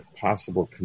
possible